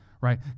right